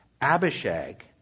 Abishag